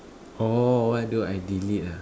orh what do I delete ah